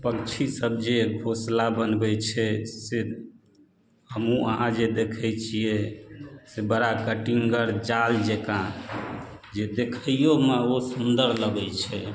पक्षी सब जे घोसला बनबै छै से हमहुँ अहाँ जे देखै छियै से बड़ा कटिंग जाल जेकाँ जे देखैयोमे ओ सुन्दर लगै छै